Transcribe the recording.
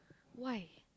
why